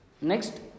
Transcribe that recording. Next